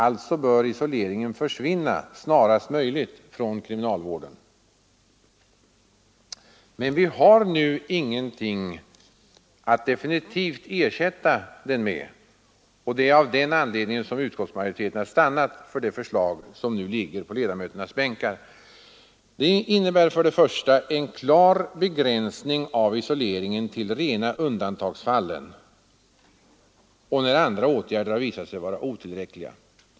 Alltså bör isoleringen försvinna snarast möjligt från kriminalvården. Men vi har nu ingenting att definitivt ersätta den med, och det är av den anledningen som utskottsmajoriteten har stannat för det förslag som nu ligger på ledamöternas bänkar. Det innebär för det första en klar begränsning av isoleringen till rena undantagsfall och när andra åtgärder har visat sig vara otillräckliga.